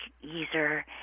user